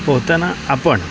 पोहताना आपण